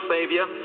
Savior